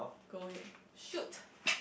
go ahead shoot